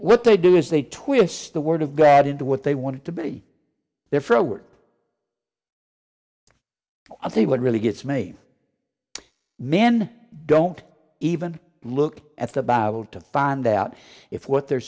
what they do is they twist the word of god into what they want to be there for a word i think what really gets me men don't even look at the bible to find out if what they're